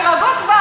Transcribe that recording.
תירגעו כבר.